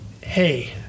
hey